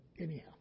anyhow